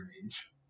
range